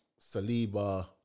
Saliba